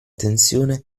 tensione